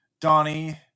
Donnie